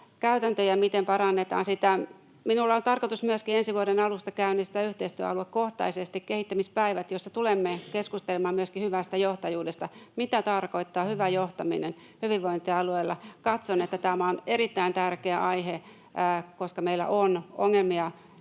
käytäntöjä, miten parannetaan sitä. Minulla on tarkoitus myöskin ensi vuoden alusta käynnistää yhteistyöaluekohtaisesti kehittämispäivät, joissa tulemme keskustelemaan myöskin hyvästä johtajuudesta, mitä tarkoittaa hyvä johtaminen hyvinvointialueella. Katson, että tämä on erittäin tärkeä aihe, koska meillä on ongelmia